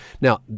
Now